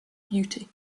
beauty